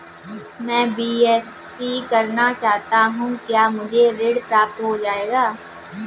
मैं बीएससी करना चाहता हूँ क्या मुझे ऋण प्राप्त हो जाएगा?